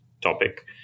topic